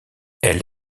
elle